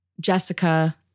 Jessica